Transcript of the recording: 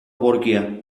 borgia